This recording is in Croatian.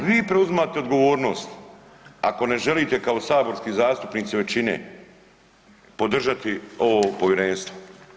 Al vi preuzimate odgovornost ako ne želite kao saborski zastupnici većine podržati ovo povjerenstvo.